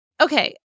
okay